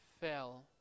fell